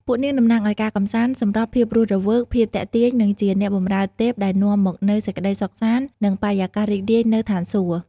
ពួកនាងតំណាងឲ្យ ការកម្សាន្ត សម្រស់ ភាពរស់រវើក ភាពទាក់ទាញ និងជាអ្នកបម្រើទេពដែលនាំមកនូវសេចក្តីសុខសាន្ត និងបរិយាកាសរីករាយនៅស្ថានសួគ៌។